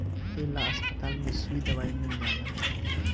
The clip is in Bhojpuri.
ए ला अस्पताल में सुई दवाई मील जाला